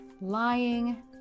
lying